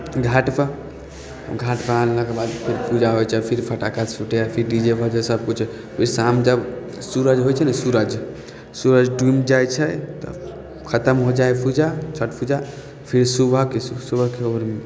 घाटपर घाट बना लेलाक बाद फेर पूजा होइ छै फिर फटाका फूटय डी जे बजे सब किछु शाम जब सूरज होइ छै ने सूरज सूरज डूमि जाइ छै तऽ खतम हो जाइ पूजा छठ पूजा फिर सुबहके सुबहके आओर